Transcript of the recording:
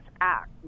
act